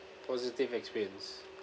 positive experience